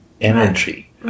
energy